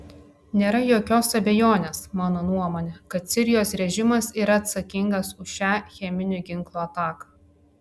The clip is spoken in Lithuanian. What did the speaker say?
nėra jokios abejonės mano nuomone kad sirijos režimas yra atsakingas už šią cheminių ginklų ataką